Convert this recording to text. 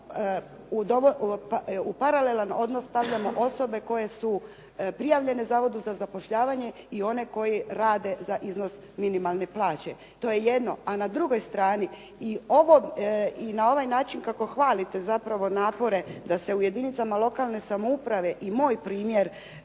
u paralelan odnos stavljamo osobe koje su prijavljene zavodu za zapošljavanje i one koji rade za iznos minimalne plaće. To je jedno. A na drugoj strani i na ovaj način kako hvalite zapravo napore da se u jedinicama lokalne samouprave i moj primjer